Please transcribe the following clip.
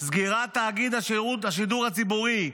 סגירת תאגיד השידור הציבורי,